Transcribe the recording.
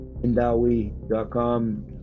indawi.com